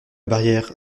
barrière